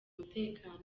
umutekano